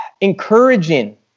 encouraging